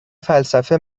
فلسفه